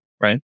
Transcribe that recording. Right